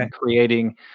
creating